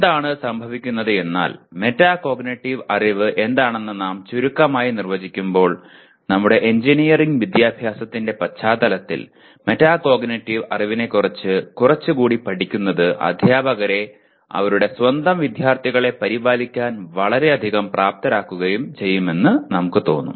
എന്താണ് സംഭവിക്കുന്നത് എന്നാൽ മെറ്റാകോഗ്നിറ്റീവ് അറിവ് എന്താണെന്ന് നാം ചുരുക്കമായി നിർവചിക്കുമ്പോൾ നമ്മുടെ എഞ്ചിനീയറിംഗ് വിദ്യാഭ്യാസത്തിന്റെ പശ്ചാത്തലത്തിൽ മെറ്റാകോഗ്നിറ്റീവ് അറിവിനെക്കുറിച്ച് കുറച്ചുകൂടി പഠിക്കുന്നത് അധ്യാപകരെ അവരുടെ സ്വന്തം വിദ്യാർത്ഥികളെ പരിപാലിക്കാൻ വളരെയധികം പ്രാപ്തരാക്കുമെന്ന് നമുക്ക് തോന്നും